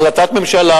החלטת ממשלה,